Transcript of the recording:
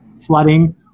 flooding